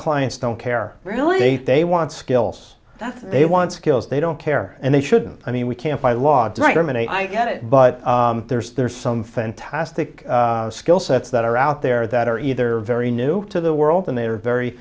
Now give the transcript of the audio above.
clients don't care really they want skills that they want skills they don't care and they shouldn't i mean we can't by law die from an a i get it but there's there's some fantastic skill sets that are out they're that are either very new to the world and they are very